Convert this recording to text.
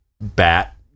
bat